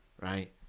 right